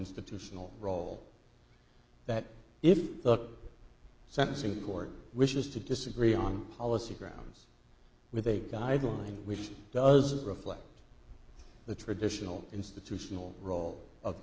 institutional role that if the sentencing court wishes to disagree on policy grounds with a guideline which doesn't reflect the traditional institutional role of